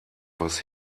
was